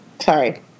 Sorry